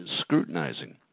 scrutinizing